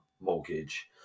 mortgage